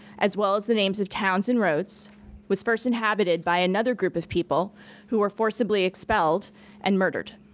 as well as the names of towns and roads was first inhabited by another group of people who were forcibly expelled and murdered.